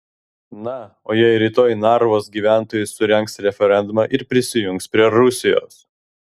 na o jei rytoj narvos gyventojai surengs referendumą ir prisijungs prie rusijos